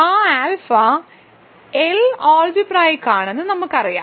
ആ alpha L algebraic ആണെന്ന് നമുക്കറിയാം